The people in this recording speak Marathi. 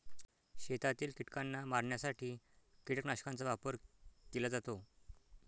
शेतातील कीटकांना मारण्यासाठी कीटकनाशकांचा वापर केला जातो